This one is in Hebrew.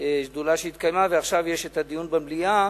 ועכשיו יש הדיון במליאה,